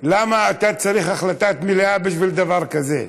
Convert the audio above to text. למה אתה צריך החלטת מליאה בשביל דבר כזה?